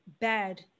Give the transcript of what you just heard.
bad